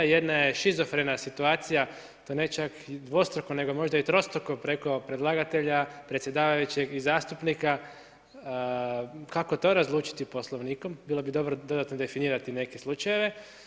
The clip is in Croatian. Jedna je šizofrena situacija to ne čak dvostruko, nego možda i trostruko preko predlagatelja, predsjedavajućeg i zastupnika kako to razlučiti Poslovnikom, bilo bi dobro dodatno definirati neke slučajeve.